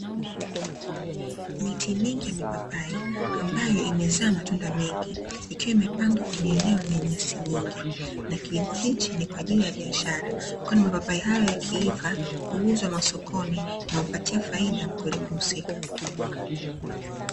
Miti mingi ya mipapai ambayo imezaa matunda mengi ikiwa imepandwa kwenye eneo lenye nyasi nyingi, na kilimo hichi ni kwa ajili ya biashara kwani mapapai hayo yakiiva huuzwa masokoni, na humpaia faida mkulima husika.